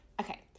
okay